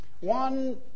One